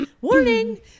warning